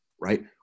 right